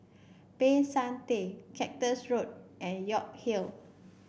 Peck San Theng Cactus Road and York Hill